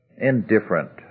indifferent